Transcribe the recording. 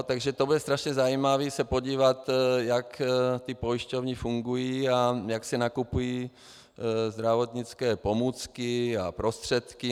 Takže bude strašně zajímavé se podívat, jak ty pojišťovny fungují a jak se nakupují zdravotnické pomůcky a prostředky.